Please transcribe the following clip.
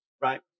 right